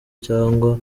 cyangwa